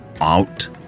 out